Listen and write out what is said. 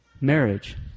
Marriage